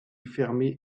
fermée